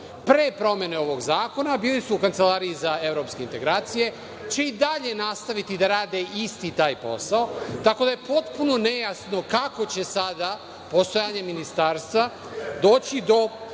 pre promene ovog zakona, a bili su u Kancelariji za evropske integracije, će i dalje nastaviti da rade isti taj posao, tako da je potpuno nejasno kako će sada postojanje ministarstva odgovoriti